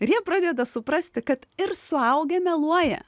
ir jie pradeda suprasti kad ir suaugę meluoja